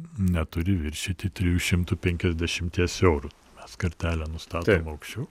neturi viršyti trijų šimtų penkiasdešimties eurų mes kartelę nustatėm aukščiau